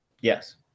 Yes